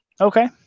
okay